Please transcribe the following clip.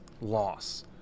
loss